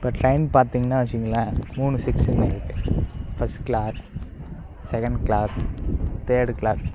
இப்போ ட்ரெயின் பார்த்திங்கன்னா வச்சிங்களேன் மூணு செக்ஷன் இருக்குது first class second class third class